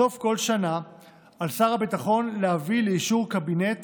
בסוף כל שנה על שר הביטחון להביא לאישור הקבינט